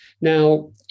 Now